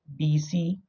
BC